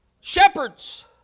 shepherds